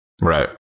Right